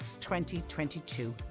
2022